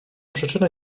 przyczyny